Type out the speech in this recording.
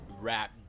rap